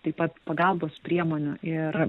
taip pat pagalbos priemonių ir